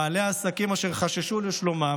בעלי העסקים אשר חששו לשלומם